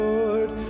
Lord